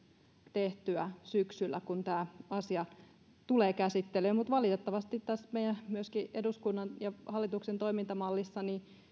tehtyä syksyllä kun tämä asia tulee käsittelyyn valitettavasti tässä eduskunnan ja hallituksen toimintamallissa